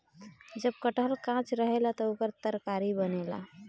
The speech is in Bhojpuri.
जब कटहल कांच रहेला त ओकर तरकारी बनेला